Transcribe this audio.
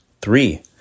Three